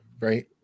right